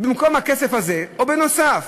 במקום הכסף הזה או בנוסף,